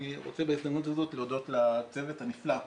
אני רוצה בהזדמנות הזו להודות לצוות הנפלא,